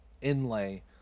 inlay